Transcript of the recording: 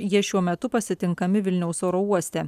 jie šiuo metu pasitinkami vilniaus oro uoste